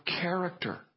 character